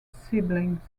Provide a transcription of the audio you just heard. siblings